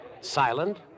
silent